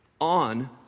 on